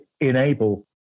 enable